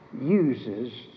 uses